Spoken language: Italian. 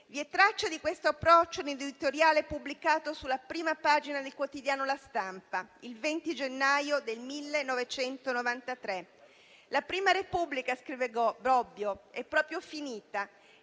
Vi è traccia di questo approccio nell'editoriale pubblicato sulla prima pagina del quotidiano «La Stampa» il 20 gennaio del 1993. «La prima Repubblica» - scrive Bobbio - «è proprio finita.